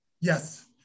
Yes